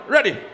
Ready